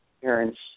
parents